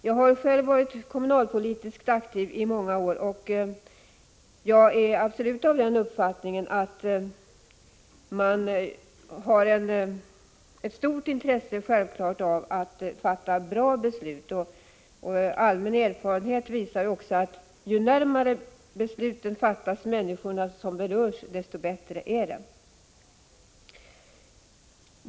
Jag har själv varit kommunalpolitiskt aktiv i många år, och jag har absolut den uppfattningen att det i kommunerna finns ett stort intresse att fatta beslut som är bra för barnen. Allmän erfarenhet visar också att ju närmare de berörda människorna som besluten fattas, desto bättre är det.